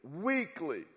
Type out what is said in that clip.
weekly